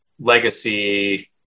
legacy